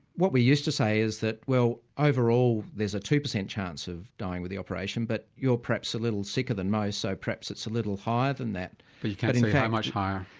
what we used to say is that well overall there's a two percent chance of dying with the operation, but you're perhaps a little sicker than most, so perhaps it's a little higher than that. but you can't say how much higher.